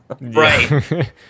Right